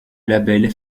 label